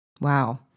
Wow